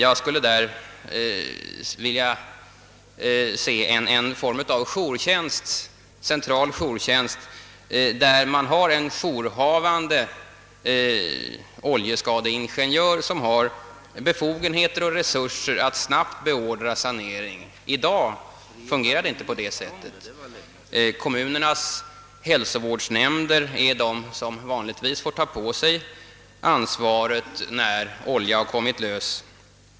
Jag skulle gärna se att man införde en form av central jourtjänst med en jourhavande oljeskadeingenjör med befogenheter och resurser att snabbt beordra sanering. I dag fungerar det inte på det sättet. Kommunernas hälsovårdsnämnder är de som vanligtvis får ta på sig ansvaret när oljeutsläpp gjorts.